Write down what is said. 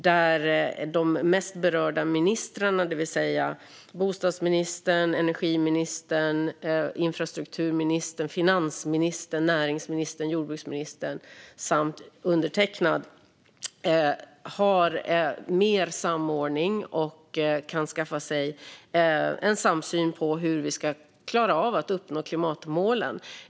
Där har de mest berörda ministrarna - bostadsministern, energiministern, infrastrukturministern, finansministern, näringsministern, jordbruksministern samt undertecknad - mer samordning och kan skapa en samsyn om hur vi ska klara att nå klimatmålen.